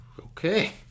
Okay